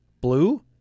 Blue